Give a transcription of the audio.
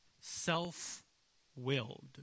self-willed